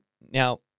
Now